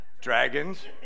Dragons